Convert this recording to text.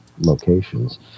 locations